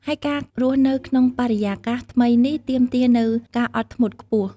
ហើយការរស់នៅក្នុងបរិយាកាសថ្មីនេះទាមទារនូវការអត់ធ្មត់ខ្ពស់។